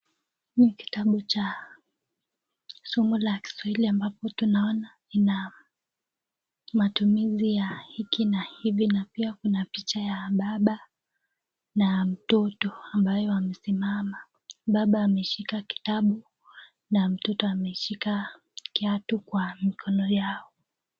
Ni kitabu cha somo la kiswahi, ambapo tunaona ina matumizi ya hiki na hivi. Na pia kuna picha ya baba na mtoto, ambao wamesimama. Baba ameshika kitabu, na mtoto ameshika kiatu kwa mikono yao.